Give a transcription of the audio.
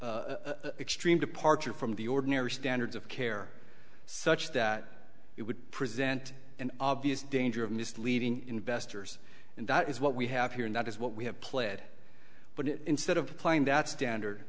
standard extreme departure from the ordinary standards of care such that it would present an obvious danger of misleading investors and that is what we have here and that is what we have pled but instead of applying that standard